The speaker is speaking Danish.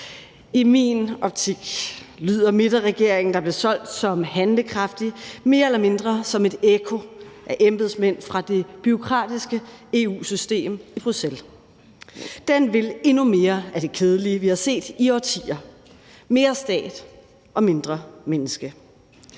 I min optik lyder midterregeringen, der blev solgt som handlekraftig, mere eller mindre som et ekko af embedsmænd fra det bureaukratiske EU-system i Bruxelles. Den vil endnu mere af det kedelige, vi har set i årtier – mere stat og mindre menneske.